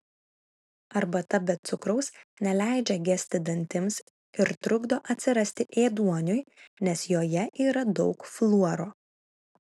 arbata be cukraus neleidžia gesti dantims ir trukdo atsirasti ėduoniui nes joje yra daug fluoro